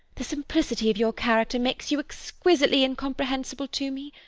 the simplicity of your character makes you exquisitely incomprehensible to me.